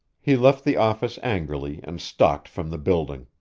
he left the office angrily and stalked from the building.